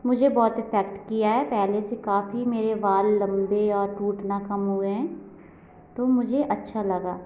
मुझे बहुत इफेक्ट किया है पहले से काफ़ी मेरे बाल लंबे और टूटना कम हुए हैं तो मुझे अच्छा लगा